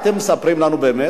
אתם מספרים לנו באמת,